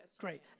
Great